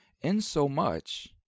Insomuch